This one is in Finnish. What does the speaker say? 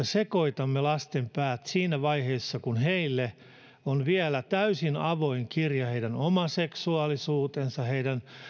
sekoitamme lasten päät siinä vaiheessa kun heille on vielä täysin avoin kirja heidän oma seksuaalisuutensa heidän